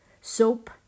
soap